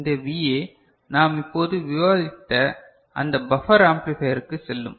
இந்த VA நாம் இப்போது விவாதித்த அந்த பஃபர் ஆம்ப்ளிபையருக்கு செல்லும்